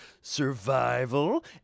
survival